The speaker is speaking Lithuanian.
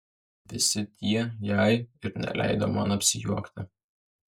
visi tie jei ir neleido man apsijuokti